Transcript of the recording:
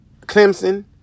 Clemson